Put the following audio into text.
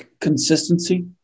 Consistency